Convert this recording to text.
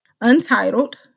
Untitled